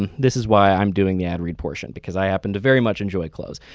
and this is why i'm doing the adread portion because i happen to very much enjoy clothes.